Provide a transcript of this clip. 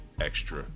extra